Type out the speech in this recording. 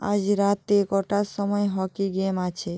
আজ রাতে কটার সময় হকি গেম আছে